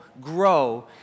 grow